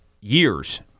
years